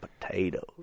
potatoes